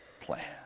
plan